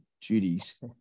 duties